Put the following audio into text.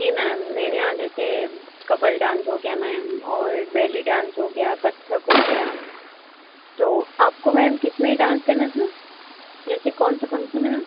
जी ma'am मेरे यहाँ जैसे कपल डांस हो गया मैम और बेली डांस हो गया कत्थक हो गया तो आपको मैम किसमें डांस करना था जैसे कौन से फंक्सन में